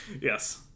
Yes